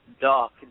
Dark